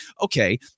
okay